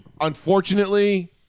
unfortunately